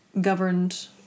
governed